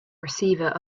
receiver